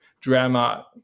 drama